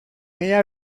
ella